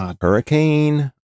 hurricane